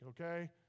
okay